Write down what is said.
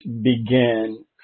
began